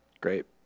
Great